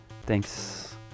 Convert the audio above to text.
thanks